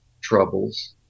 troubles